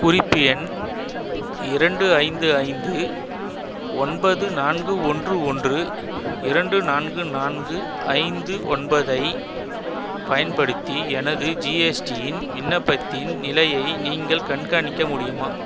குறிப்பு எண் இரண்டு ஐந்து ஐந்து ஒன்பது நான்கு ஒன்று ஒன்று இரண்டு நான்கு நான்கு ஐந்து ஒன்பதைப் பயன்படுத்தி எனது ஜிஎஸ்டியின் விண்ணப்பத்தின் நிலையை நீங்கள் கண்காணிக்க முடியுமா